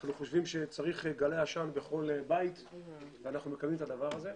אנחנו חושבים שצריך גלאי עשן בכל בית ואנחנו מקדמים את הדבר הזה.